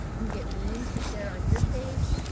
you can get means to share on your page.